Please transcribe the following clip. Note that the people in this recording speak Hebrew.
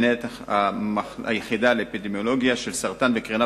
מנהלת היחידה לאפידמולוגיה של סרטן וקרינה